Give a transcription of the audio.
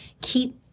keep